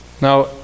Now